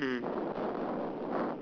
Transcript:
mm